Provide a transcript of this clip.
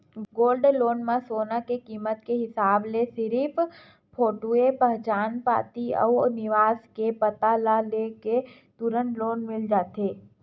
gold loan म सोना के कीमत के हिसाब ले सिरिफ फोटूए पहचान पाती अउ निवास के पता ल ले के तुरते लोन मिल जाथे